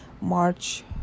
March